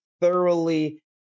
thoroughly